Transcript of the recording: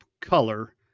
color